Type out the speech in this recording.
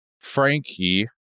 Frankie